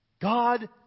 God